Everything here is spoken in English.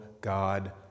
God